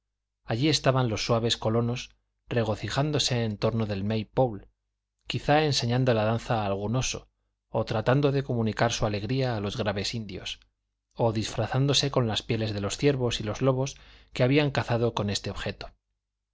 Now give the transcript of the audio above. allí estaban los suaves colonos regocijándose en torno del may pole quizá enseñando la danza a algún oso o tratando de comunicar su alegría a los graves indios o disfrazándose con las pieles de los ciervos y los lobos que habían cazado con este objeto